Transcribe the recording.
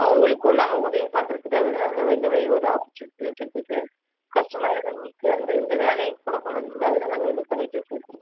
அவங்களுக்கும் நாங்கள் உதவி பண்ணுறதுக்காக தான் நாங்கள் இந்த மாதிரி ஒரு ஆப்பர்ச்சுூனிட்டி வச்சிருக்கோம் சார் கஷ்டமாக இருக்கிறவங்களுக்கு வந்து இந்த வேலையை கொடுக்கணும்றதுக்காக தான் நாங்கள் இது பண்ணிட்டு இருக்கோம் சார்